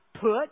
put